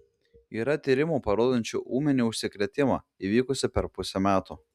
yra tyrimų parodančių ūminį užsikrėtimą įvykusį per pusę metų